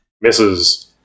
Misses